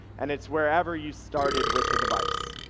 and it's wherever you started with the device.